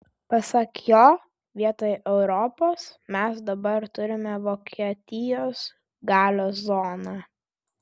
pasak jo vietoj europos mes dabar turime vokietijos galios zoną